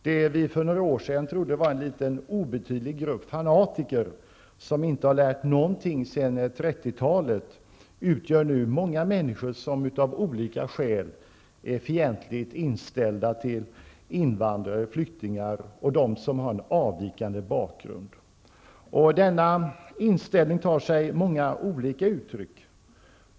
Det vi för några år sedan trodde var en liten obetydlig grupp fanatiker som inte har lärt någonting sedan 30-talet, utgör nu många människor som av olika skäl är fientligt inställda till invandrare, flyktingar och dem som har en avvikande bakgrund. Denna inställning tar sig många olika uttryck.